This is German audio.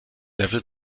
level